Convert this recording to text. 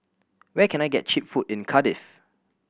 where can I get cheap food in Cardiff